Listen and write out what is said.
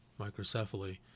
microcephaly